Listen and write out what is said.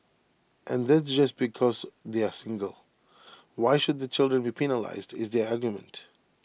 and that just because they are single why should their children be penalised is their argument